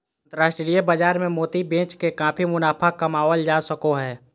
अन्तराष्ट्रिय बाजार मे मोती बेच के काफी मुनाफा कमावल जा सको हय